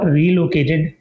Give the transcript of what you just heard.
relocated